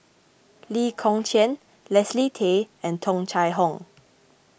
Lee Kong Chian Leslie Tay and Tung Chye Hong